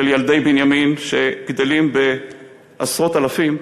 של ילדי בנימין, שגדלים בעשרות אלפים,